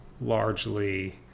largely